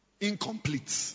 incomplete